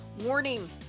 Warning